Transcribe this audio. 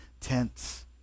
tents